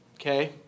okay